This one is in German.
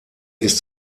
ist